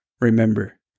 Remember